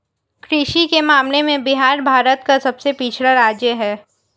कृषि के मामले में बिहार भारत का सबसे पिछड़ा राज्य है